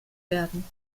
werden